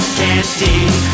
candy